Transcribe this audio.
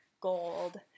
gold